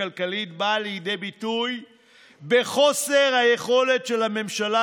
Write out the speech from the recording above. הכלכלית בא לידי ביטוי בחוסר היכולת של הממשלה